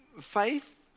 faith